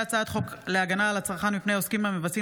הצעת חוק להגנה על הצרכן מפני עוסקים המבצעים